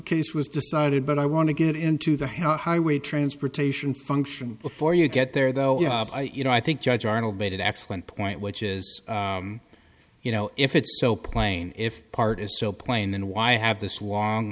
case was decided but i want to get into the how highway transportation function before you get there though you know i think judge arnold made an excellent point which is you know if it's so plain if part is so plain then why have th